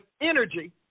energy